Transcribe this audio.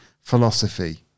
philosophy